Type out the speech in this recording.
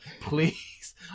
Please